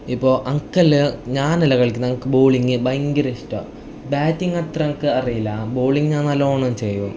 ഇപ്പോൾ എനിക്കെല്ലാം ഞാനെല്ലാം കളിക്കുന്നത് എനിക്ക് ബോളിങ്ങ് ഭയങ്കര ഇഷ്ടമാണ് ബാറ്റിങ്ങ് അത്ര എനിക്ക് അറിയില്ല ബോളിങ്ങ് ഞാൻ നല്ലവണ്ണം ചെയ്യും